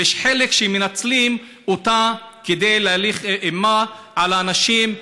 וחלק מנצלים אותה כדי להלך אימים על האנשים: